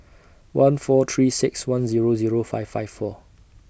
one four three six one Zero Zero five five four